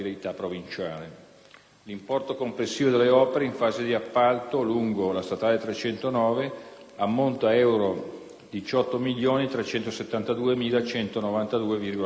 L'importo complessivo delle opere in fase di appalto lungo la statale 309 ammonta a euro 18.372.192,56.